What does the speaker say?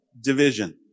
division